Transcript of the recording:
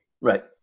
Right